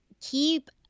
keep